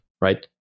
right